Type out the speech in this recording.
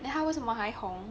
then 他为什么好红